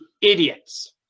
idiots